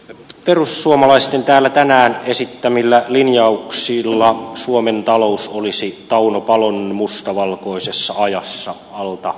perussuomalaisten täällä tänään esittämillä linjauksilla suomen talous olisi tauno palon mustavalkoisessa ajassa alta aikayksikön